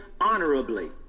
honorably